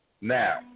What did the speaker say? Now